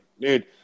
dude